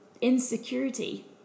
insecurity